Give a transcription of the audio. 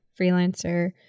freelancer